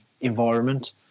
environment